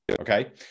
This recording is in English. okay